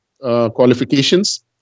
qualifications